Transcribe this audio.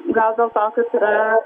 gal dėl to kad yra